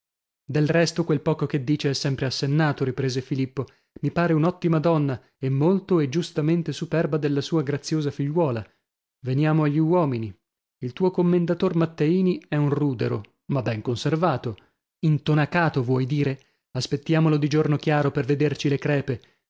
del resto quel poco che dice è sempre assennato riprese filippo mi pare un'ottima donna e molto e giustamente superba della sua graziosa figliuola veniamo agli uomini il tuo commendator matteini è un rudero ma ben conservato intonacato vuoi dire aspettiamolo di giorno chiaro per vederci le crepe